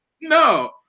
no